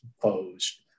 proposed